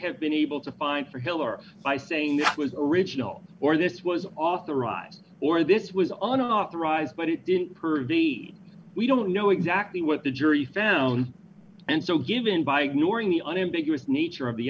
have been able to find for hillary by saying that was original or this was authorized or this was all unauthorized but it didn't prove the we don't know exactly what the jury found and so given by ignoring the unambiguous nature of the